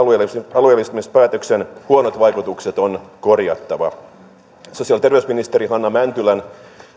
alueellistamispäätöksen huonot vaikutukset on korjattava sosiaali ja terveysministeri hanna mäntylän